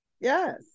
Yes